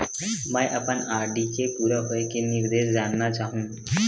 मैं अपन आर.डी के पूरा होये के निर्देश जानना चाहहु